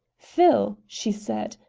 phil! she said,